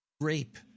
rape